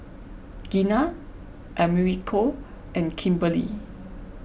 Gina Americo and Kimberlee